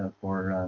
for